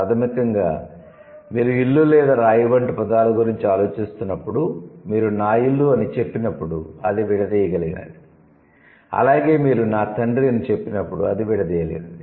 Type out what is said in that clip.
ప్రాథమికంగా మీరు ఇల్లు లేదా రాయి వంటి పదాల గురించి ఆలోచిస్తున్నప్పుడు మీరు 'నా ఇల్లు' అని చెప్పినప్పుడు అది విడదీయగలిగినది అలాగే మీరు 'నా తండ్రి' అని చెప్పినప్పుడు అది విడదీయలేనిది